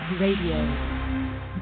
Radio